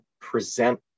present